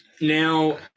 Now